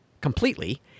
completely